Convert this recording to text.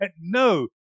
No